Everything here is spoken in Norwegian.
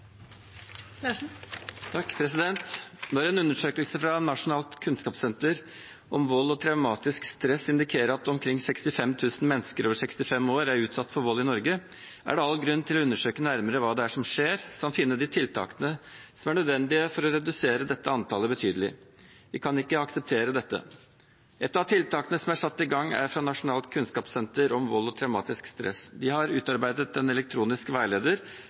en undersøkelse fra Nasjonalt kunnskapssenter om vold og traumatisk stress indikerer at omkring 65 000 mennesker over 65 år er utsatt for vold i Norge, er det all grunn til å undersøke nærmere hva det er som skjer, samt finne de tiltakene som er nødvendige for å redusere dette antallet betydelig. Vi kan ikke akseptere dette. Et av tiltakene som er satt i gang, er fra Nasjonalt kunnskapssenter om vold og traumatisk stress. De har utarbeidet en elektronisk veileder